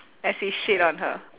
as he shit on her